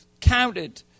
Counted